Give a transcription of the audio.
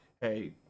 hey